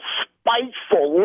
spiteful